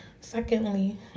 Secondly